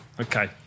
Okay